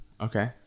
Okay